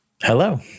Hello